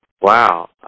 wow